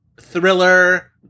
thriller